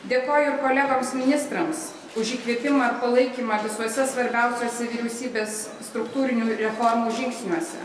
dėkoju kolegoms ministrams už įkvėpimą ir palaikymą visose svarbiausiuose vyriausybės struktūrinių reformų žingsniuose